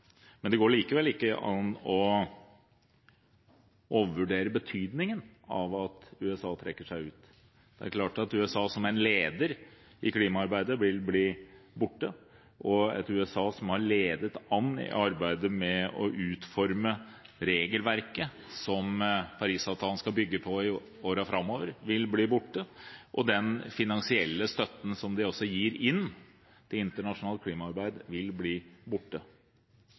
Det går likevel ikke an å overvurdere betydningen av at USA trekker seg ut. Det er klart at USA som en leder i klimaarbeidet vil bli borte, et USA som har ledet an i arbeidet med å utforme regelverket som Paris-avtalen skal bygge på i årene framover, vil bli borte, og den finansielle støtten som de også gir til internasjonalt klimaarbeid, vil bli borte.